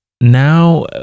now